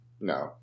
No